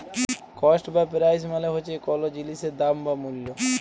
cost বা price মালে হছে কল জিলিসের দাম বা মূল্য